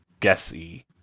guessy